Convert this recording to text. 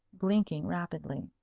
blinking rapidly.